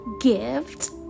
gift